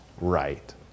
right